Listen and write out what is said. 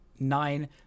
nine